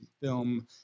film